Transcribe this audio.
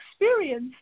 experience